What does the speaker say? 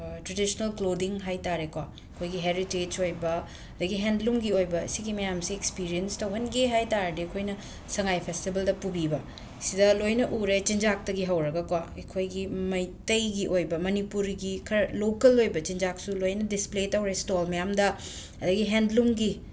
traditional clothing ꯍꯥꯏ ꯇꯥꯔꯦꯀꯣ ꯑꯩꯈꯣꯏꯒꯤ ꯍꯦꯔꯤꯇꯦꯖ ꯑꯣꯏꯕ ꯑꯗꯒꯤ ꯍꯦꯟꯂꯨꯝꯒꯤ ꯑꯣꯏꯕ ꯁꯤꯒꯤ ꯃꯌꯥꯝꯁꯤ ꯑꯦꯛꯁꯄꯤꯔꯤꯌꯦꯟꯁ ꯇꯧꯍꯟꯒꯦ ꯍꯥꯏ ꯇꯥꯔꯗꯤ ꯑꯩꯈꯣꯏꯅ ꯁꯉꯥꯏ ꯐꯦꯁꯇꯤꯚꯦꯜꯗ ꯄꯨꯕꯤꯕ ꯁꯤꯗ ꯂꯣꯏꯅ ꯎꯔꯦ ꯆꯤꯟꯖꯥꯛꯇꯒꯤ ꯍꯧꯔꯒꯀꯣ ꯑꯩꯈꯣꯏꯒꯤ ꯃꯩꯇꯩꯒꯤ ꯑꯣꯏꯕ ꯃꯅꯤꯄꯨꯔꯤꯒꯤ ꯈꯔ ꯂꯣꯀꯦꯜ ꯑꯣꯏꯕ ꯆꯤꯟꯖꯥꯛꯁꯨ ꯂꯣꯏꯅ ꯗꯤꯁꯄ꯭ꯂꯦ ꯇꯧꯔꯦ ꯏꯁꯇꯣꯜ ꯃꯌꯥꯝꯗ ꯑꯗꯒꯤ ꯍꯦꯟꯂꯨꯝꯒꯤ